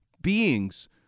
beings